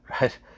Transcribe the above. Right